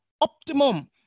optimum